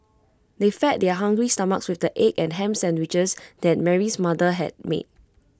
they fed their hungry stomachs with the egg and Ham Sandwiches that Mary's mother had made